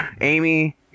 Amy